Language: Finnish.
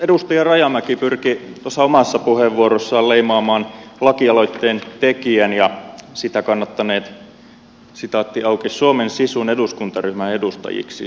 edustaja rajamäki pyrki tuossa omassa puheenvuorossaan leimaamaan lakialoitteen tekijän ja sitä kannattaneet suomen sisun eduskuntaryhmän edustajiksi